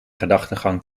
gedachtegang